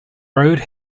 road